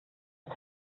ist